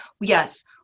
yes